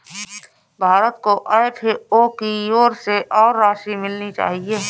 भारत को एफ.ए.ओ की ओर से और राशि मिलनी चाहिए